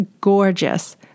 gorgeous